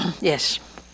Yes